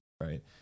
Right